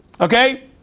Okay